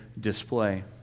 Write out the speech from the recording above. display